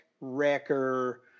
Wrecker